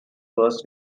was